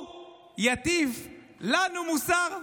הוא יטיף לנו מוסר?